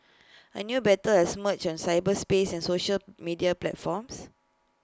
A new battle has emerged on cyberspace and social media platforms